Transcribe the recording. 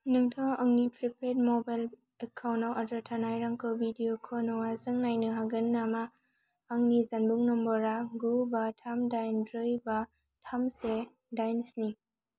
नोंथाङा आंनि prepaid mobile account आव आद्रा थानाय रांखौ वीडिय'क'न आ जों नायनो हागोन नामा आंनि जानबुं नम्बर आ गु बा थाम दाइन ब्रै बा थाम से दाइन स्नि